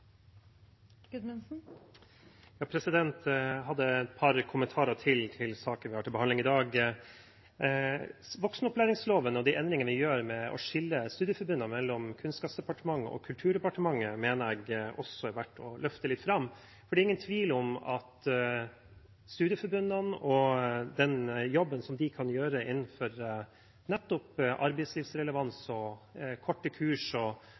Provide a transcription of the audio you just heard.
Jeg hadde enda et par kommentarer til saken vi behandler i dag. Voksenopplæringsloven og de endringene vi gjør med å skille studieforbundene mellom Kunnskapsdepartementet og Kulturdepartementet, mener jeg også er verdt å løfte litt fram, for det er ingen tvil om at studieforbundene og den jobben de kan gjøre innenfor nettopp arbeidslivsrelevans og korte kurs og